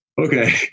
okay